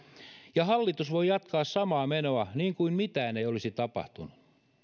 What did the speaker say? ja hallitus voi jatkaa samaa menoa niin kuin mitään ei olisi tapahtunut